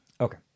Okay